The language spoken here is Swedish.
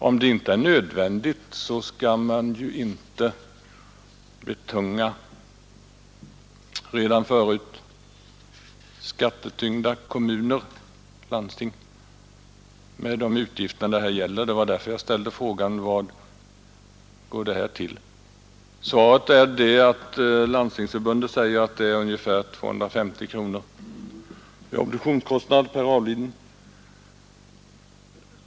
Om det inte är nödvändigt, bör ju inte redan förut skattetyngda kommuner och landsting betungas med de utgifter det här gäller; det var därför jag ställde frågan om vilka kostnader obduktionerna medför. Svaret är att Landstingsförbundet säger att det är ungefär 250 kronor i obduktionskostnad per avliden.